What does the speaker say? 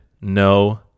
no